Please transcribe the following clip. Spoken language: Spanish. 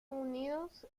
unidos